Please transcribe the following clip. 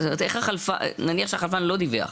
אבל נניח שהחלפן לא דיווח.